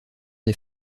des